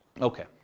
Okay